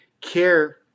care